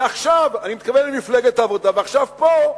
ועכשיו אני מתכוון למפלגת העבודה, ועכשיו פה,